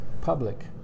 public